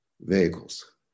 vehicles